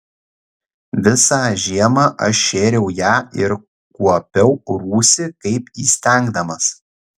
visą žiemą aš šėriau ją ir kuopiau rūsį kaip įstengdamas